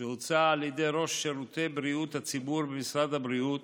שהוצאה על ידי ראש שירותי בריאות הציבור במשרד הבריאות,